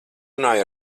runāju